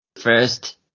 first